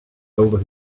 over